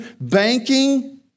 banking